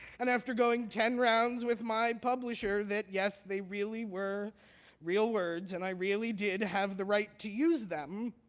and after going ten rounds with my publisher that yes, they really were real words and i really did have the right to use them,